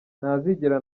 ntazigera